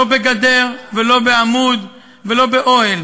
לא בגדר ולא בעמוד ולא באוהל,